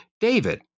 David